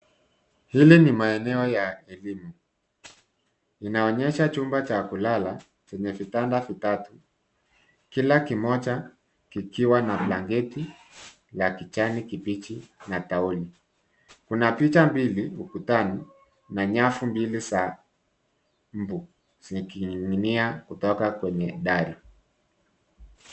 Haya ni maeneo ya elimu inaonyesha chumba cha kulala chenye vitanda vitatu . Kila kimoja kikiwa na blanketi ya kijani kibichi na taulo. Kuna picha mbili ukutani na nyafu mbili za mbu zikining'inia kutoka kwenye dari .